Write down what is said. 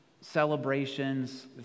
celebrations